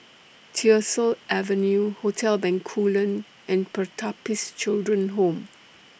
Tyersall Avenue Hotel Bencoolen and Pertapis Children Home